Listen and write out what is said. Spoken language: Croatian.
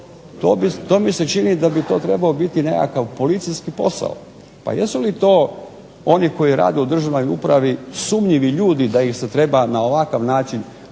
To mi se čini da bi to trebao biti nekakav policijski posao. Pa jesu li to oni koji rade u državnoj upravi sumnjivi ljudi da ih se treba na ovakav način